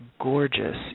gorgeous